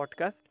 podcast